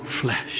flesh